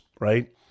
right